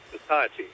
society